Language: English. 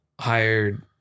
hired